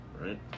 right